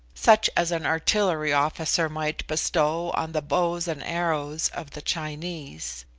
such as an artillery officer might bestow on the bows and arrows of the chinese.